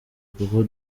kuko